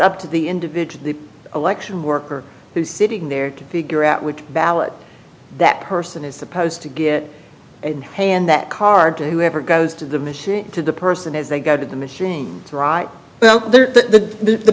up to the individual the election worker who's sitting there to figure out which ballot that person is supposed to get and hand that card to whoever goes to the machine to the person as they go to the machines right there the